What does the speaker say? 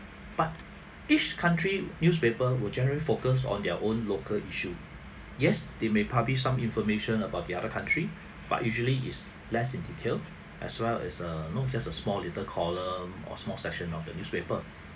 but each country newspaper will generally focus on their own local issue yes they may publish some information about the other country but usually is less in detail as well as err you know just a small little column or small section of the newspaper